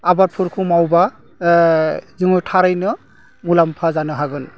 आबादफोरखौ मावबा जोङो थारैनो मुलाम्फा जानो हागोन